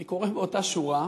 אני קורא באותה שורה: